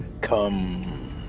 Come